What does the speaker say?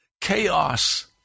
chaos